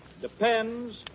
depends